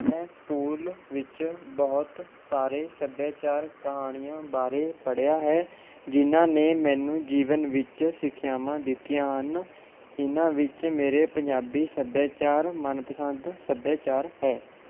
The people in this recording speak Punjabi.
ਮੈਂ ਸਕੂਲ ਵਿੱਚ ਬਹੁਤ ਸਾਰੇ ਸੱਭਿਆਚਾਰਕ ਕਹਾਣੀਆਂ ਬਾਰੇ ਪੜ੍ਹਿਆ ਹੈ ਜਿਹਨਾਂ ਨੇ ਮੈਨੂੰ ਜੀਵਨ ਵਿੱਚ ਸਿੱਖਿਆਵਾਂ ਦਿੱਤੀਆਂ ਹਨ ਇਨ੍ਹਾਂ ਵਿੱਚ ਮੇਰੇ ਪੰਜਾਬੀ ਸੱਭਿਆਚਾਰ ਮਨਪਸੰਦ ਸੱਭਿਆਚਾਰ ਹੈ